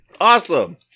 Awesome